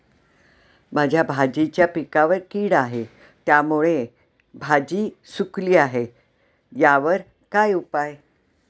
माझ्या भाजीच्या पिकावर कीड आहे त्यामुळे भाजी सुकली आहे यावर काय उपाय?